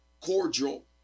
cordial